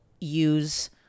use